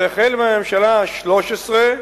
זה החל בממשלה ה-13,